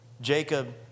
Jacob